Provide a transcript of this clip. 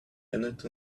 cannot